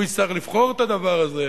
הוא יצטרך לבחור את הדבר הזה.